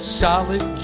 solid